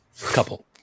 Couple